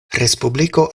respubliko